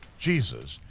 jesus,